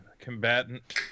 combatant